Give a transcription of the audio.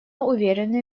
уверены